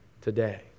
today